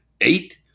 Eight